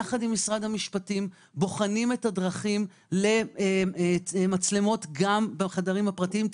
יחד עם משרד המשפטים אנחנו בוחנים את הדרכים למצלמות גם בחדרים הפרטיים.